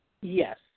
Yes